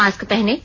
mask पहनें